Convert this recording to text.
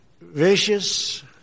vicious